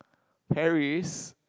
Paris